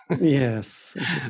yes